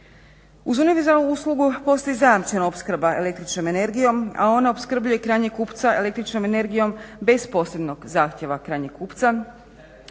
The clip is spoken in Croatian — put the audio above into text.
Uz univerzalnu uslugu postoji zajamčena opskrba električnom energijom, a ona opskrbljuje krajnjeg kupca električnom energijom bez posebnog zahtjeva krajnjeg kupca